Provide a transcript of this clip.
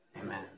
Amen